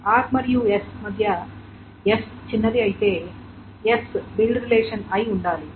r మరియు s మధ్య s చిన్నది అయితే s బిల్డ్ రిలేషన్ అయి ఉండాలి